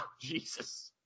Jesus